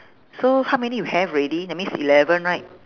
so how many you have already that means eleven right